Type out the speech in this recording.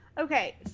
Okay